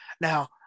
Now